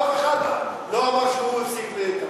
אף אחד לא אמר שהוא הפסיק לטפל.